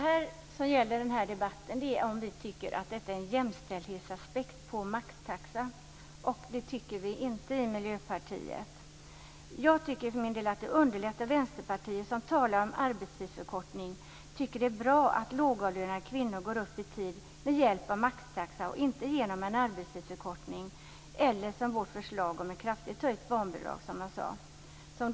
Fru talman! Debatten gäller om vi tycker att det finns en jämställdhetsaspekt på maxtaxa. Det tycker vi inte i Miljöpartiet. Det underlättar om Vänsterpartiet, som talar om arbetstidsförkortning, tycker att det är bra lågavlönade kvinnor går upp i arbetstid med hjälp av maxtaxa och inte genom en arbetstidsförkortning. Vårt förslag är ett kraftigt höjt barnbidrag, som jag sade.